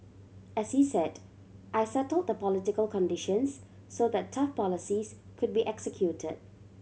as he said I settle the political conditions so the tough policies could be executed